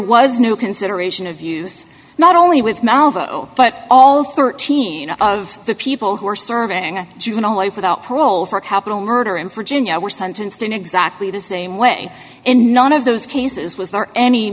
was no consideration of use not only with malvo but all thirteen of the people who are serving juvenile life without parole for capital murder and for ginia were sentenced in exactly the same way in none of those cases was there any